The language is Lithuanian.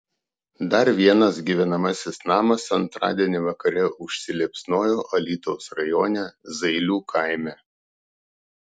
dar vienas gyvenamasis namas antradienį vakare užsiliepsnojo alytaus rajone zailių kaime